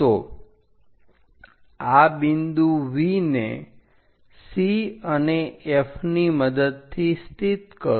તો આ બિંદુ V ને C અને F ની મદદથી સ્થિત કરો